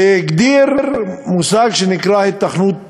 והגדיר מושג שנקרא "היתכנות תכנונית"